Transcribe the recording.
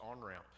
on-ramp